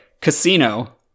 Casino